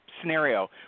scenario